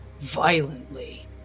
violently